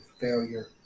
failure